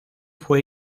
fue